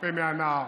הרפה מהנער.